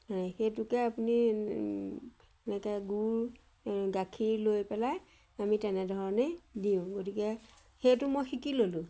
সেইটোকে আপুনি এনেকৈ গুড় গাখীৰ লৈ পেলাই আমি তেনেধৰণেই দিওঁ গতিকে সেইটো মই শিকি ল'লোঁ